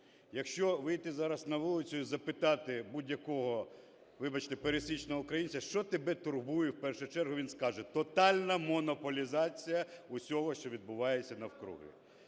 Якщо вийти зараз на вулицю і запитати будь-якого, вибачте, пересічного українця, що тебе турбує, в першу чергу, він скаже: тотальна монополізація усього, що відбувається навкруги.